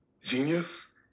Genius